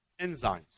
enzymes